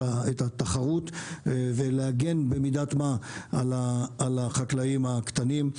התחרות ולהגן במידת מה על החקלאים הקטנים.